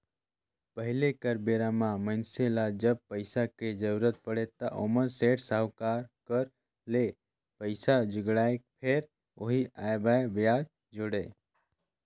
पहिली कर बेरा म मइनसे ल जब पइसा के जरुरत पड़य त ओमन सेठ, साहूकार करा ले पइसा जुगाड़य, फेर ओही आंए बांए बियाज जोड़य